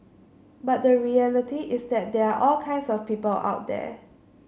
but the reality is that there are all kinds of people out there